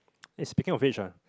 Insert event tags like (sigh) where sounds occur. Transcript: (noise) speaking of which ah